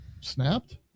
snapped